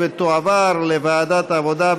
לוועדת העבודה,